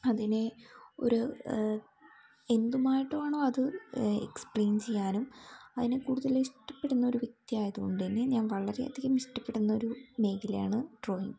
അതിനെ ഒരു എന്തുമായിട്ടും ആണോ അത് എക്സ്പ്ലെയിൻ ചെയ്യാനും അതിനെ കൂടുതൽ ഇഷ്ടപ്പെടുന്ന ഒരു വ്യക്തിയായതുകൊണ്ടുതന്നെ ഞാൻ വളരെയധികം ഇഷ്ടപ്പെടുന്ന ഒരു മേഖലയാണ് ഡ്രോയിങ്